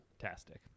Fantastic